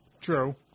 True